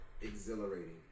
exhilarating